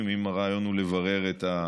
מה ההסבר של דבר כזה?